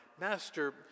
Master